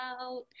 out